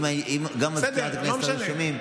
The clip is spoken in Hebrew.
גם סגנית מזכיר הכנסת הייתה שומעת.